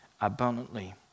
abundantly